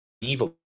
evil